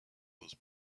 those